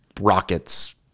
rockets